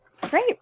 Great